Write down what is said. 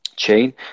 chain